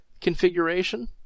configuration